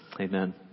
Amen